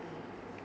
mm